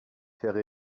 faire